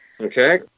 okay